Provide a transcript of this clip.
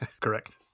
Correct